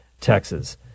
Texas